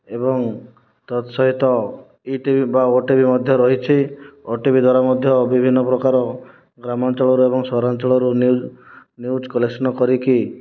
ଏବଂ ତତସହିତ ଇଟିଭି ବା ଓଟିଭି ମଧ୍ୟ ରହିଛି ଓଟିଭି ଦ୍ଵାରା ମଧ୍ୟ ବିଭିନ୍ନପ୍ରକାର ଗ୍ରାମାଞ୍ଚଳର ଏବଂ ସହରାଞ୍ଚଳର ନ୍ୟୁଜ୍ ନ୍ୟୁଜ୍ କଲେକ୍ସନ କରିକି